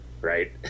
right